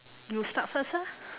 you start first ah